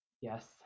Yes